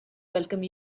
welcome